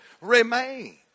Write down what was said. remain